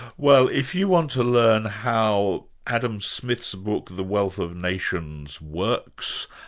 well if you want to learn how adam smith's book, the wealth of nations works,